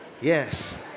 yes